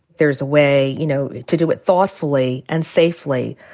there's a way you know to do it thoughtfully and safely.